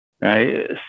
Right